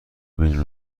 بین